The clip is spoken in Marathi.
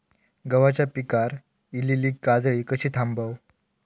गव्हाच्या पिकार इलीली काजळी कशी थांबव?